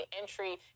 entry